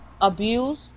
abuse